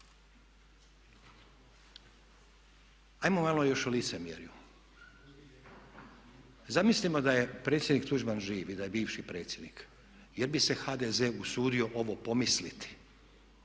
Ajmo malo još o licemjeru. Zamislimo da je predsjednik Tuđman živ i da je bivši predsjednik, je li bi se HDZ usudio ovo pomisliti